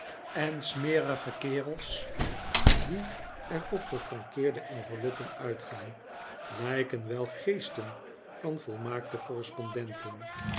en smerige kerels die er op gefrankeerde enveloppen uitgaan lijken wel geesten van volmaakte correspondenten